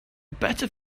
better